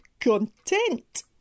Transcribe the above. Content